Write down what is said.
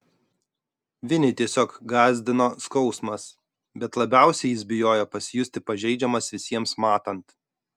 vinį tiesiog gąsdino skausmas bet labiausiai jis bijojo pasijusti pažeidžiamas visiems matant